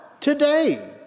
today